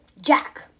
Jack